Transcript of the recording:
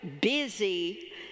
busy